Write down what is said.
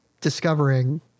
discovering